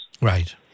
right